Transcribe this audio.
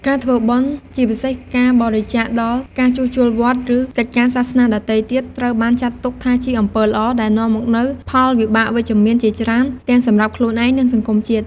ការធ្វើបុណ្យ ជាពិសេសការបរិច្ចាគដល់ការជួសជុលវត្ត ឬកិច្ចការសាសនាដទៃទៀត ត្រូវបានចាត់ទុកថាជា អំពើល្អ ដែលនាំមកនូវផលវិបាកវិជ្ជមានជាច្រើន ទាំងសម្រាប់ខ្លួនឯង និងសង្គមជាតិ។